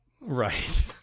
Right